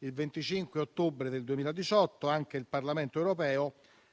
Il 25 ottobre del 2018 anche il Parlamento europeo